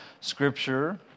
Scripture